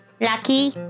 Lucky